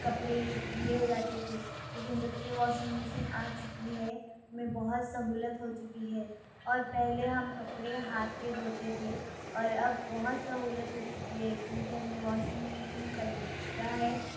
کپڑے گیلے ہو جاتے تھے لیکن جب سے واشنگ مشین آ چکی ہے ہمیں بہت سہولت ہو چکی ہے اور پہلے ہم کپڑے ہاتھ پہ دھوتے تھے اور اب بہت سہولت ہو چکی ہے کیونکہ ہم نے واشنگ مشین خریدا ہے